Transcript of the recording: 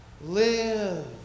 Live